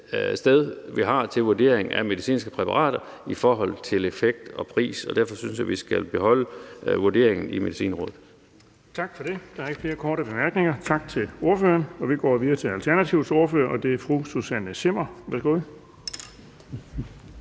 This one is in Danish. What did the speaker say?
sted, vi har til vurdering af medicinske præparater i forhold til effekt og pris, og derfor synes jeg, vi skal beholde vurderingen i Medicinrådet. Kl. 11:23 Den fg. formand (Erling Bonnesen): Tak til ordføreren. Der er ikke flere korte bemærkninger, så vi går videre til Alternativets ordfører, og det er fru Susanne Zimmer. Værsgo.